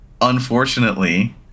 unfortunately